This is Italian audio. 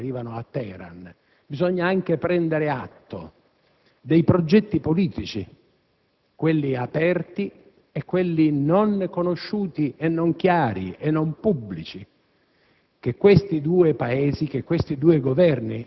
a cerchi concentrici che arrivano a Damasco e a Teheran, bisogna anche prendere atto dei progetti politici, quelli aperti e quelli non conosciuti, non chiari e non pubblici,